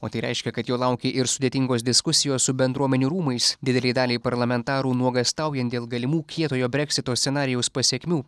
o tai reiškia kad jo laukia ir sudėtingos diskusijos su bendruomenių rūmais didelei daliai parlamentarų nuogąstaujant dėl galimų kietojo breksito scenarijaus pasekmių